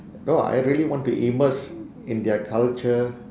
no I really want to immerse in their culture